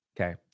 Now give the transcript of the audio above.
okay